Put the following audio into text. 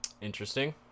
interesting